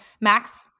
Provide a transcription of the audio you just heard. Max